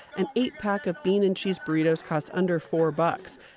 an eight-pack of bean and cheese burritos costs under four bucks.